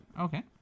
Okay